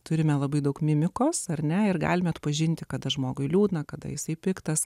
turime labai daug mimikos ar ne ir galime atpažinti kada žmogui liūdna kada jisai piktas